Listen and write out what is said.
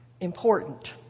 important